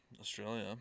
Australia